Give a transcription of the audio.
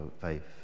faith